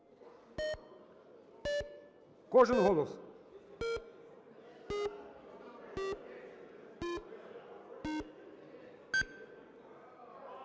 Кожен голос.